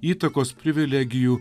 įtakos privilegijų